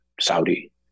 Saudi